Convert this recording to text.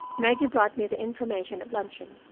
maggie brought me the information at luncheon.